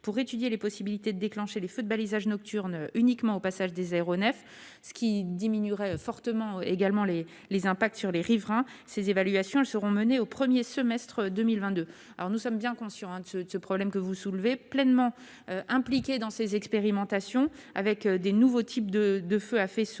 pour étudier les possibilités de déclencher les feux de balisage nocturne uniquement au passage des aéronefs, ce qui diminuerait fortement également les les impacts sur les riverains ces évaluations seront menées au 1er semestre 2022, alors nous sommes bien conscients un Inde de ce problème que vous soulevez pleinement impliqués dans ces expérimentations avec des nouveaux types de de feu à Faissault